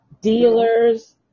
dealers